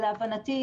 להבנתי,